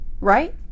right